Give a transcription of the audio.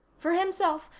for himself,